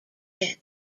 dead